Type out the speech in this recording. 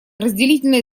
разделительная